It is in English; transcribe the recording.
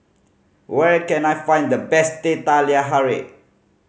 where can I find the best Teh Halia Tarik